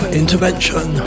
intervention